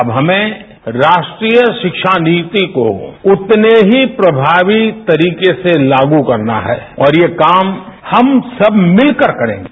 अब हमें राष्ट्रीय शिक्षा नीति को उतने की प्रभावी तरीके से लागू करना है और ये काम हम सब मिलकर करेंगे